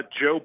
Joe